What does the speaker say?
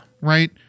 Right